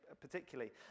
particularly